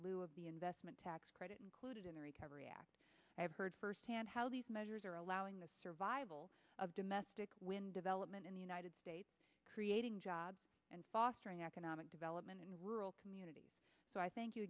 alou of the investment tax credit included in the recovery act i've heard firsthand how these measures are allowing the survival of domestic wind development in the united states creating jobs and fostering economic development in rural communities so i thank you